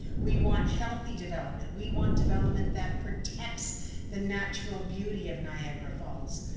we want healthy development. we want development that protects the natural beauty of niagara falls.